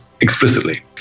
explicitly